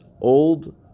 old